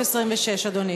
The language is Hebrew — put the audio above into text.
לסעיף 26, אדוני.